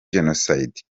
jenoside